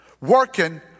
working